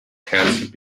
cancelled